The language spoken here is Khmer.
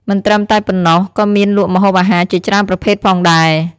មិនត្រឹមតែប៉ុណ្ណោះ ក៏មានលក់ម្ហូបអាហារជាច្រើនប្រភេទផងដែរ។